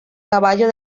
caballo